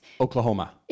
Oklahoma